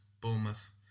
Bournemouth